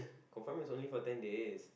confirm is only for ten days